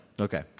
Okay